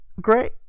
great